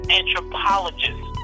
anthropologist